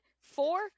four